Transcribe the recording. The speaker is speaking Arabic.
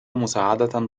مساعدة